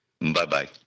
Bye-bye